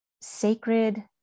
sacred